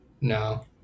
No